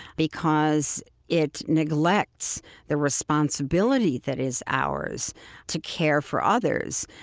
because it neglects the responsibility that is ours to care for others.